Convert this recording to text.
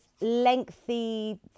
lengthy